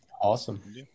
Awesome